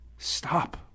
Stop